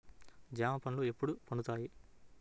జామ పండ్లు ఎప్పుడు పండుతాయి?